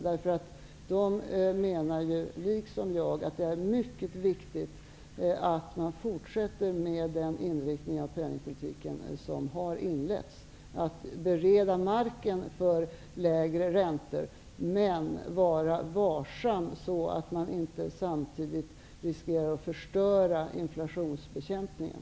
De menar, liksom jag, att det är mycket viktigt att man fortsätter med den inriktning av penningpolitiken som har inletts, att bereda marken för lägre räntor men vara varsam så att man inte samtidigt riskerar att förstöra inflationsbekämpningen.